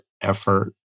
effort